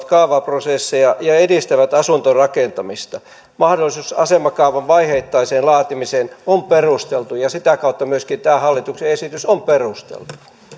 kaavaprosesseja ja edistävät asuntorakentamista mahdollisuus asemakaavan vaiheittaiseen laatimiseen on perusteltu ja sitä kautta myöskin tämä hallituksen esitys on perusteltu